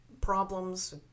problems